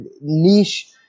niche